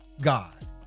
God